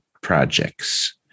projects